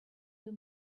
you